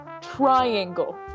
triangle